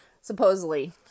Supposedly